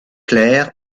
clair